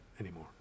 anymore